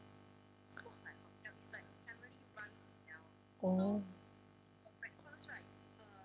oh